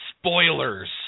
spoilers